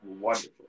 wonderful